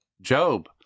Job